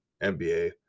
nba